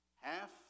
half